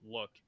look